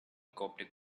coptic